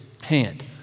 hand